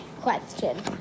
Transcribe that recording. question